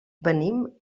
venim